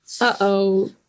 Uh-oh